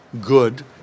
good